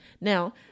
Now